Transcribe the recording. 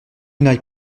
n’aille